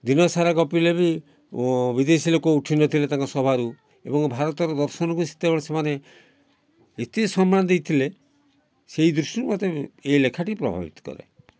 ଦିନସାରା ଗପିଲେ ବି ବିଦେଶୀ ଲୋକ ଉଠି ନଥିଲେ ତାଙ୍କ ସଭାରୁ ଏବଂ ଭାରତର ଦର୍ଶନକୁ ସେତେବେଳେ ସେମାନେ ଏତେ ସମ୍ମାନ ଦେଇଥିଲେ ସେଇ ଦୃଷ୍ଟିରୁ ମୋତେ ଏ ଲେଖାଟି ପ୍ରଭାବିତ୍ କରେ